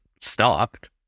stopped